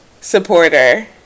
supporter